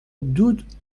دود